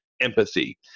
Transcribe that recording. empathy